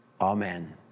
Amen